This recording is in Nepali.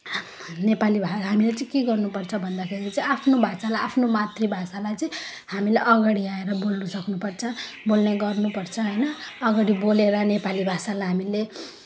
नेपाली भा हामीले चाहिँ के गर्नुपर्छ भन्दाखेरि चाहिँ आफ्नो भाषालाई आफ्नो मातृभाषालाई चाहिँ हामीले अगाडि आएर बोल्नु सक्नुपर्छ बोल्ने गर्नुपर्छ होइन अगाडि बोलेर नेपाली भाषालाई हामीले